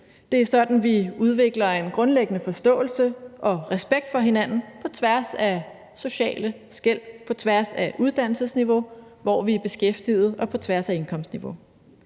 det er sådan, vi udvikler en grundlæggende forståelse og respekt for hinanden på tværs af sociale skel, på tværs af uddannelsesniveau, hvor vi er beskæftiget, og på tværs af indkomstniveau.